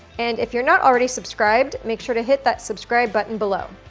and if you're not already subscribed, make sure to hit that subscribe button, below.